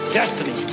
destiny